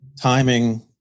timing